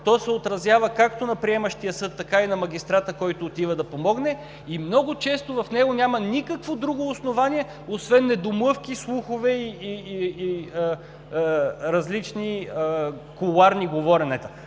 то се отразява както на приемащия съд, така и на магистрата, който отива да помогне, и много често в него няма никакво друго основание освен недомлъвки, слухове и различни кулоарни говоренета.